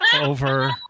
Over